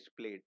played